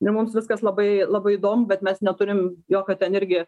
ir mums viskas labai labai įdomu bet mes neturim jokio ten irgi